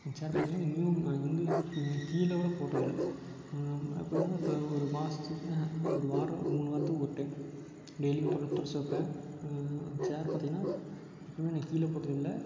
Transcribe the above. அந்த சேரை பார்த்திங்கன்னா இன்னும் நான் வந்து நான் கீழே கூட போட்டது இல்லை ம் எப்படினா இப்போ ஒரு மாசத்துக்கு ஒரு வாரம் மூணு வாரத்துக்கு ஒரு டைம் டெய்லியும் தொடச்சு தொடச்சு வப்பேன் சேரு பார்த்திங்கன்னா எப்போயிமே நான் கீழே போட்டது இல்லை